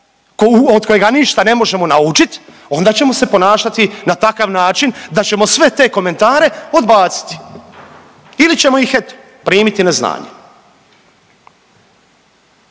od kojega ništa ne možemo naučiti onda ćemo se ponašati na takav način da ćemo sve te komentare odbaciti ili ćemo ih eto primiti na znanje.